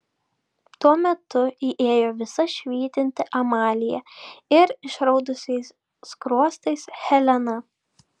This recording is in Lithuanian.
tuo metu įėjo visa švytinti amalija ir išraudusiais skruostais helena